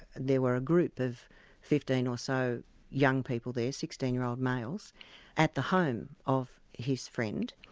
there were a group of fifteen or so young people there, sixteen year old males at the home of his friend,